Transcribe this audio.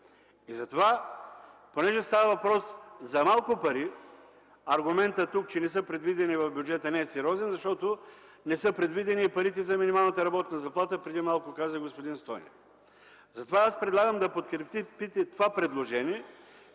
Затова, понеже става въпрос за малко пари – аргументът тук, че не са предвидени в бюджета, не е сериозен, защото не са предвидени парите за минималната работна заплата – господин Стойнев каза преди малко. Затова аз предлагам да подкрепите това предложение,